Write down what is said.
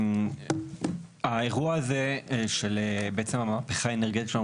האירוע הזה של המהפכה האנרגטית שאנחנו